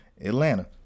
Atlanta